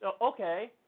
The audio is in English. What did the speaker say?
Okay